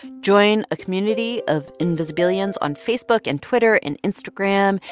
join a community of invisibilians on facebook and twitter and instagram,